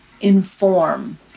inform